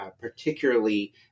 particularly